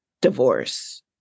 divorce